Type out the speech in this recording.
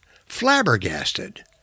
flabbergasted